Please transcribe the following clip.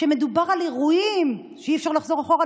שמדבר על אירועים שאי-אפשר לחזור לאחור,